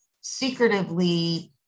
secretively